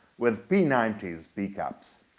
with p ninety s pickups.